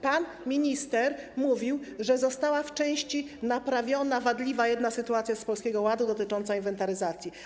Pan minister mówił, że została w części naprawiona jedna wadliwa sytuacja z Polskiego Ładu dotycząca inwentaryzacji.